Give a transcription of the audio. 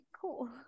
cool